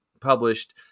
published